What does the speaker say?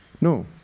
No